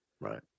right